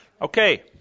Okay